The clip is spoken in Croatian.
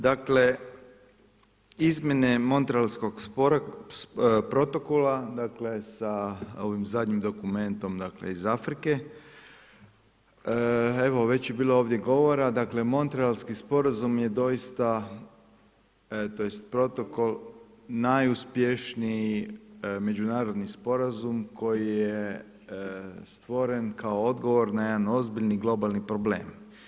Dakle, izmjene Montrealskog protokola sa ovim zadnjim dokumentom iz Afrike, evo već je bilo ovdje govora, Montrealski sporazum je doista tj. protokol, najuspješniji međunarodni sporazum koji je stvoren kao odgovor na jedan ozbiljni globalni problem.